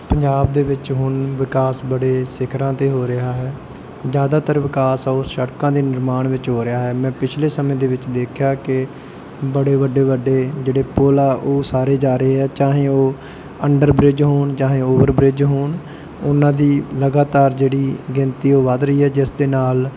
ਪੰਜਾਬ ਦੇ ਵਿੱਚ ਹੁਣ ਵਿਕਾਸ ਬੜੇ ਸਿਖਰਾਂ 'ਤੇ ਹੋ ਰਿਹਾ ਹੈ ਜ਼ਿਆਦਾਤਰ ਵਿਕਾਸ ਉਹ ਸੜਕਾਂ ਦੇ ਨਿਰਮਾਣ ਵਿੱਚ ਹੋ ਰਿਹਾ ਹੈ ਮੈਂ ਪਿਛਲੇ ਸਮੇਂ ਦੇ ਵਿੱਚ ਦੇਖਿਆ ਕਿ ਬੜੇ ਵੱਡੇ ਵੱਡੇ ਜਿਹੜੇ ਪੁਲ ਆ ਉਸਾਰੇ ਜਾ ਰਹੇ ਆ ਚਾਹੇ ਉਹ ਅੰਡਰ ਬ੍ਰਿਜ ਹੋਣ ਚਾਹੇ ਓਵਰ ਬ੍ਰਿਜ ਹੋਣ ਉਹਨਾਂ ਦੀ ਲਗਾਤਾਰ ਜਿਹੜੀ ਗਿਣਤੀ ਉਹ ਵੱਧ ਰਹੀ ਹੈ ਜਿਸ ਦੇ ਨਾਲ